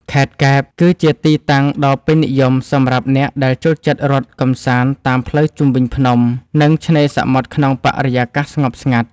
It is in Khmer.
ខេត្តកែប គឺជាទីតាំងដ៏ពេញនិយមសម្រាប់អ្នកដែលចូលចិត្តរត់កម្សាន្តតាមផ្លូវជុំវិញភ្នំ និងឆ្នេរសមុទ្រក្នុងបរិយាកាសស្ងប់ស្ងាត់។